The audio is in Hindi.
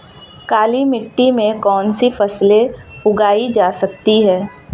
काली मिट्टी में कौनसी फसलें उगाई जा सकती हैं?